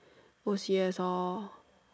O_C_S lor